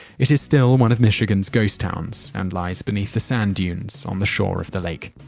it is still one of michigan's ghost towns and lies beneath the sand dunes on the shore of the lake.